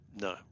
no